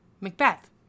Macbeth